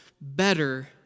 better